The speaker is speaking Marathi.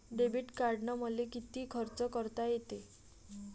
डेबिट कार्डानं मले किती खर्च करता येते?